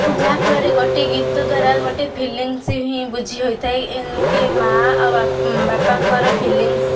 ଯାହା ଫଳରେ ଗୋଟେ ଗୀତ ଦ୍ୱାରା ଗୋଟେ ଫିଲିଂସ୍ ହିଁ ବୁଝି ହୋଇଥାଏ ଇନ୍ କେ ମାଆ ଆଉ ବାପାଙ୍କର ଫିଲିଂସ୍